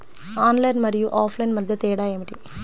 Online మరియు offline మధ్య తేడా ఏమిటీ?